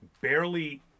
barely